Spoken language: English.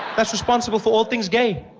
that's responsible for all things gay.